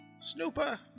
Snooper